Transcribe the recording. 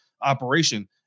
operation